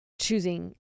choosing